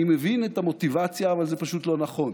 אני מבין את המוטיבציה, אבל זה פשוט לא נכון.